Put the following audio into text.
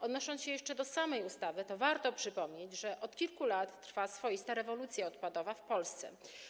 Odnosząc się jeszcze do samej ustawy, warto przypomnieć, że od kilku lat trwa swoista rewolucja odpadowa w Polsce.